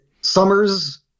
summers